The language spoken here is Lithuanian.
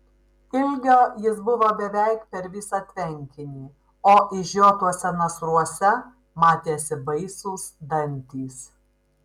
ilgio jis buvo beveik per visą tvenkinį o išžiotuose nasruose matėsi baisūs dantys